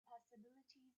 possibilities